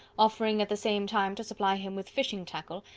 offering at the same time to supply him with fishing tackle,